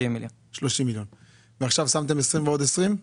עכשיו שמתם 20 ועוד 20?